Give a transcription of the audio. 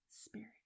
spirit